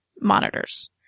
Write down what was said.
monitors